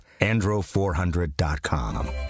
andro400.com